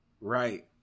right